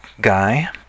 guy